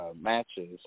matches